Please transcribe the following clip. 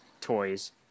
toys